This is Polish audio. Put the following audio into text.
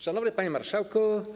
Szanowny Panie Marszałku!